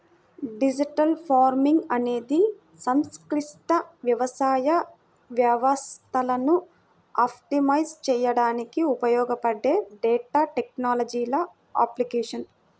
digital farming అనేది సంక్లిష్ట వ్యవసాయ వ్యవస్థలను ఆప్టిమైజ్ చేయడానికి ఉపయోగపడే డేటా టెక్నాలజీల అప్లికేషన్